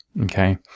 Okay